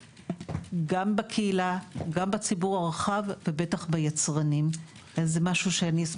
אשמח שבהתייחסותך תתייחס לקרן הניקיון ולחלקים של ההיטל